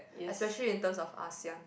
especially in terms of Asean